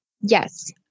Yes